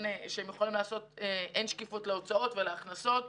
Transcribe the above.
שאין שקיפות להכנסות ולהוצאות,